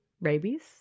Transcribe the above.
Rabies